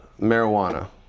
marijuana